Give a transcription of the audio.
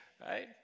right